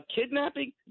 kidnapping